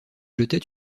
jetait